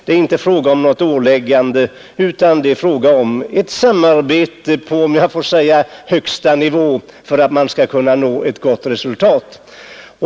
Det är inte fråga om ett åläggande, utan det är fråga om ett samarbete på, om jag får säga det, högsta nivå för att man skall kunna nå ett gott resultat.